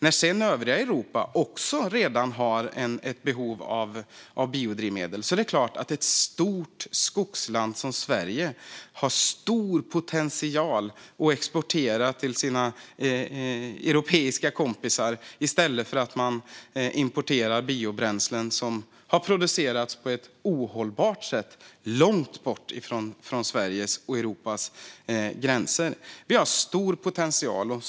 När övriga Europa också kommer att ha ett behov av biodrivmedel är det klart att ett stort skogsland som Sverige har stor potential att exportera till våra europeiska kompisar i stället för att de ska importera biobränslen som har producerats på ett ohållbart sätt långt bort från Sveriges och Europas gränser. Vi har en stor potential.